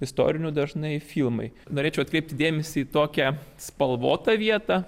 istorinių dažnai filmai norėčiau atkreipti dėmesį į tokią spalvotą vietą